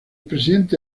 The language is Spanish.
presidente